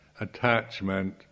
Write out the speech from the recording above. attachment